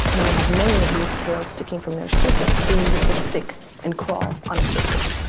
when they have many of these tails sticking from their surface they use it to stick and crawl on a surface.